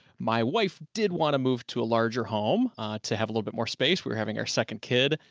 my wife did want to move to a larger home to have a little bit more space. we were having our second kid,